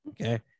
Okay